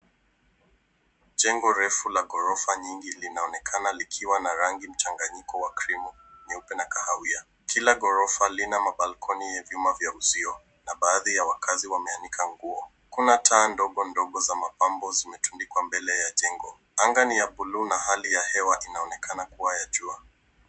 Jengo refu la ghorofa nyingi linaonekana likiwa na rangi mchanganyiko wa crimu, nyeupe na kahawia. Kila ghorofa Lina mabalkoni ya vyuma vya uzio na baadhi ya wakazi wameanika nguo. Kuna taa ndogo ndogo za mapambo ambazo zimetumiwa kuanikwa mbele ya jengo. Anga ni ya bluu na hali ya hewa inaonekana kuwa ya jua.